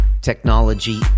technology